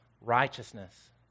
righteousness